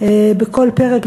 בכל פרק,